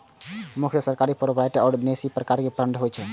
मुख्यतः सरकारी, प्रोपराइटरी आ न्यासी प्रकारक फंड होइ छै